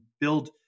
build